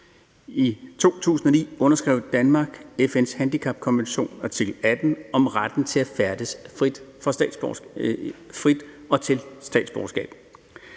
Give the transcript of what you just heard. I 2009 underskrev Danmark FN's handicapkonventions artikel 18 om retten til at færdes frit og retten til statsborgerskab.